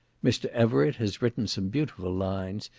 mr. everett has written some beautiful lines,